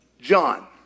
John